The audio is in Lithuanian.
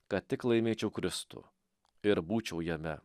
kad tik laimėčiau kristų ir būčiau jame